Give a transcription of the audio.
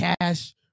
cash